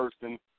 person